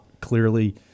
clearly